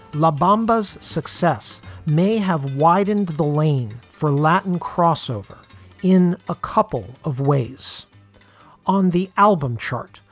alabama's success may have widened the lane for latin crossover in a couple of ways on the album chart,